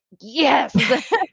yes